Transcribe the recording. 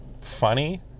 funny